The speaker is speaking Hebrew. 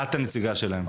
את הנציגה שלהם.